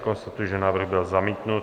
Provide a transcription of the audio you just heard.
Konstatuji, že návrh byl zamítnut.